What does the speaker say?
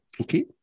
Okay